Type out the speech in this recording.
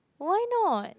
why not